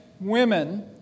women